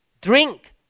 drink